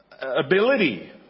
ability